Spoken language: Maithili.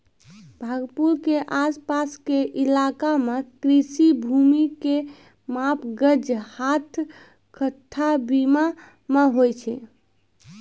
भागलपुर के आस पास के इलाका मॅ कृषि भूमि के माप गज, हाथ, कट्ठा, बीघा मॅ होय छै